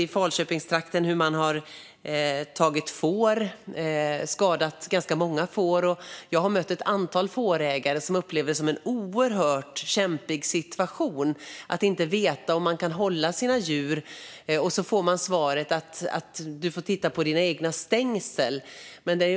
I Falköpingstrakten har får skadats, och jag har mött ett antal fårägare som upplever det som oerhört kämpigt att inte veta om de kan hålla djur och då få svaret att de får se över sina stängsel.